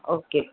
okay